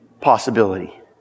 possibility